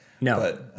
No